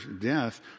death